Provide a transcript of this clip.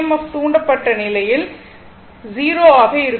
F தூண்டப்பட்ட நிலையில் 0 ஆக இருக்கும்